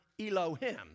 Elohim